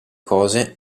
cose